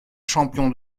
champion